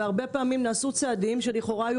והרבה פעמים נעשו צעדים שלכאורה היו